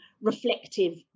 reflective